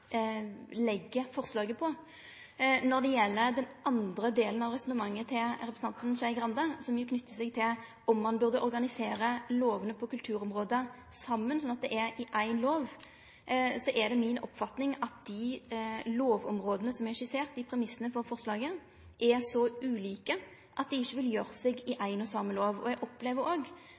legg forslaget på. Når det gjeld den andre delen av resonnementet til representanten Skei Grande, som knyter seg til om ein bør organisere lovane på kulturområdet saman, sånn at det er i ein lov, er det mi oppfatning at dei lovområda som er skisserte i premissane for forslaget, er så ulike at dei ikkje vil gjere seg i ein og same lov. Eg opplever